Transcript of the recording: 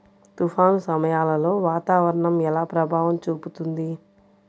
తుఫాను సమయాలలో వాతావరణం ఎలా ప్రభావం చూపుతుంది?